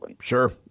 Sure